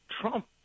Trump